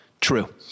true